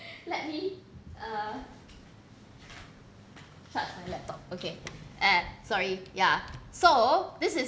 let me uh start my laptop okay eh sorry ya so this is